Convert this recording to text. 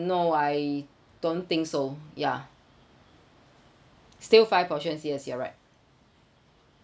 no I don't think so ya still five portions yes you're right